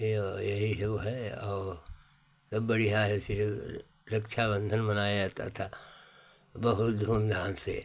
यह वह जो है और सब बढ़ियाँ है ऐसे रक्षाबन्धन मनाया जाता था बहुत धूमधाम से